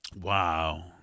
Wow